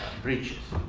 bridges?